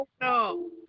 No